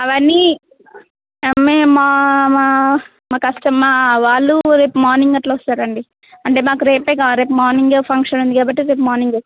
అవన్నీ మే మా మా మా కష్ట మా వాళ్ళు రేపు మార్నింగ్ అలా వస్తారండి అంటే మాకు రేపే కావాలి రేపు మార్నింగే ఫంక్షన్ ఉంది కాబట్టి రేపు మార్నింగ్